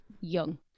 Young